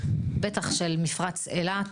בטח של מפרץ אילת,